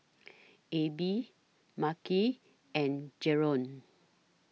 Abie Makhi and Jaron